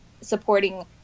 supporting